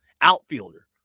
outfielder